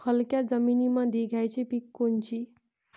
हलक्या जमीनीमंदी घ्यायची पिके कोनची?